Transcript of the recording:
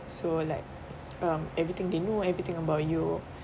so like um everything they know everything about you